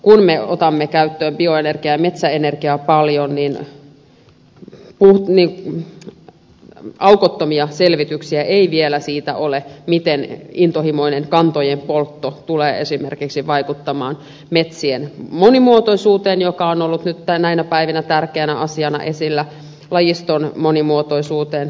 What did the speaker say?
kun me otamme käyttöön bioenergiaa ja metsäenergiaa paljon niin aukottomia selvityksiä ei vielä siitä ole miten intohimoinen kantojen poltto tulee esimerkiksi vaikuttamaan metsien monimuotoisuuteen joka on ollut näinä päivinä tärkeänä asiana esillä lajiston monimuotoisuuteen